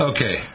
Okay